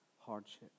hardship